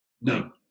No